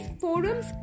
forums